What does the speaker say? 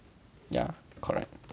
ya correct